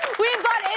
we've got a